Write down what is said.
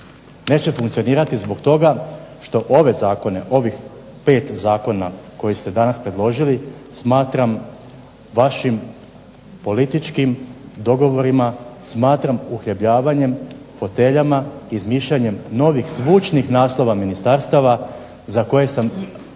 neće funkcionirati zbog toga što ove zakone, ovih 5 zakona koje ste danas predložili smatram vašim političkim dogovorima, smatram uhljebljavanjem foteljama, izmišljanjem novih zvučnih naslova ministarstava za koje sam